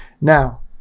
Now